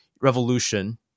revolution